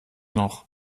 noch